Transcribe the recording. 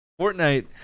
Fortnite